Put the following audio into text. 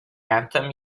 anthem